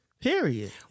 Period